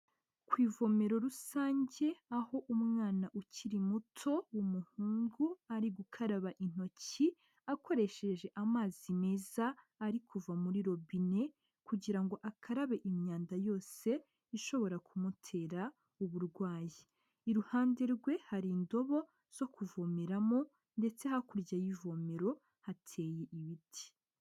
Ku ivomero rusange aho umwana ukiri muto w'umuhungu ari gukaraba intoki akoresheje amazi meza ari kuva muri robine kugira ngo akarabe imyanda yose ishobora kumutera uburwayi, iruhande rwe hari indobo zo kuvomeramo ndetse hakurya y'ivomero hateye ibiti.